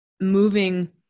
moving